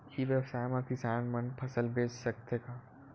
ई व्यवसाय म किसान मन फसल बेच सकथे का?